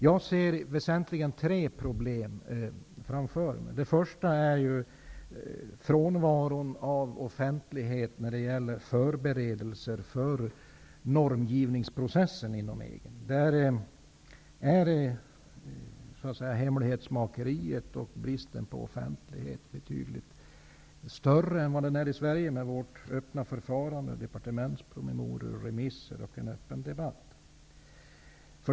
Jag ser väsentligen tre problem framför mig. Det första problemet är frånvaron av offentlighet när det gäller förberedelser för normgivningsprocessen inom EG. Där är hemlighetsmakeriet och bristen på offentlighet betydligt större än i Sverige med vårt öppna förfarande med departementspromemorior, remisser och en öppen debatt.